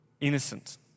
innocent